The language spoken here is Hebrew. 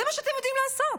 זה מה שאתם יודעים לעשות.